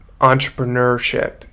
entrepreneurship